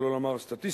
שלא לומר סטטיסטיים: